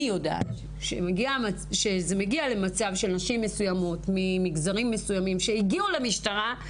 יודעת שזה מגיע למצב של נשים מסוימות ממגזרים מסוימים שהגיעו למשטרה,